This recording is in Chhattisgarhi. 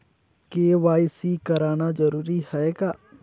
के.वाई.सी कराना जरूरी है का?